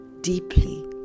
deeply